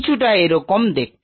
কিছুটা এ রকম দেখতে